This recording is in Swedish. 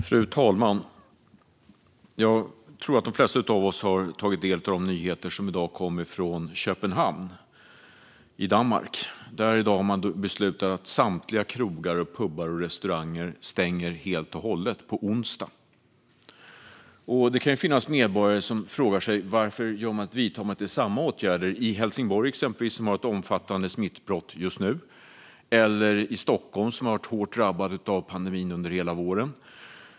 Fru talman! Jag tror att de flesta av oss har tagit del av de nyheter som i dag kom från Köpenhamn i Danmark, där man i dag beslutar att samtliga krogar, pubar och restauranger ska stänga helt och hållet på onsdag. Det kan finnas medborgare som frågar sig: Varför vidtar man inte samma åtgärder i exempelvis Helsingborg, som har ett omfattande smittutbrott just nu, eller i Stockholm, som har varit hårt drabbat av pandemin under hela våren?